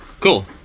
Cool